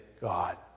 God